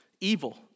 evil